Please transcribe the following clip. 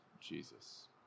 Jesus